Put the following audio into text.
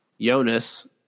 Jonas